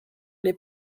les